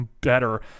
better